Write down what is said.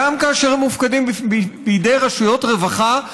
גם כאשר הם מופקדים בידי רשויות רווחה,